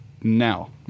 now